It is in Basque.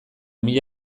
mila